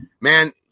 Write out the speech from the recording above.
man